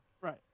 Right